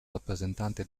rappresentante